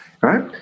right